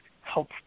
help